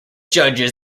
judges